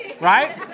Right